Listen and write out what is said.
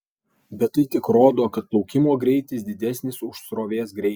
bet tai tik rodo kad plaukimo greitis didesnis už srovės greitį